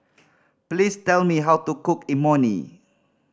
please tell me how to cook Imoni